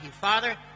Father